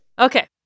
Okay